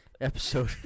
Episode